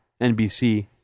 NBC